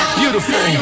beautiful